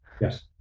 Yes